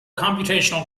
computational